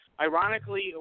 Ironically